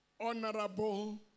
honorable